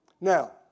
Now